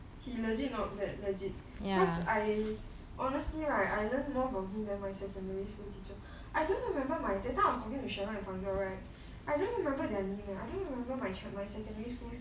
he legit not bad legit because I honestly right I learnt more from him then my secondary school teacher I don't even remember my that time I was talking cheryl and funguid right I don't remember their name leh I don't remember my check my secondary school